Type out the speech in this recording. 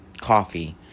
coffee